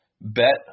Bet